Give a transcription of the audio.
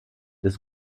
des